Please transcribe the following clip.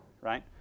right